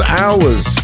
hours